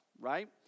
right